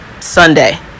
sunday